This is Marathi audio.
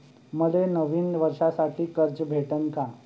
मले नवीन वर्षासाठी कर्ज भेटन का?